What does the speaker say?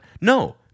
No